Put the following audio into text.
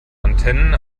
antennen